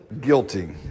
guilty